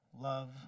love